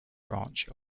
branch